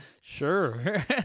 sure